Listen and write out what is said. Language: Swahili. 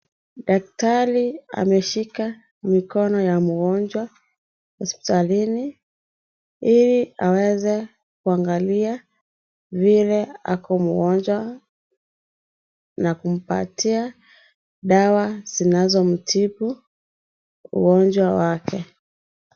Daktari ameshika mikono ya mgonjwa hospitalini ili aweze kuangalia vile ako mgonjwa na kumpatia dawa zinazomtibu ugonjwa wake.